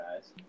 guys